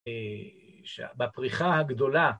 ‫בפריחה הגדולה.